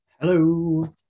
Hello